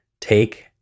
take